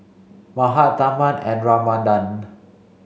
Mahade Tharman and Ramanand